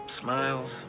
smiles